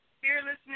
fearlessness